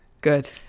good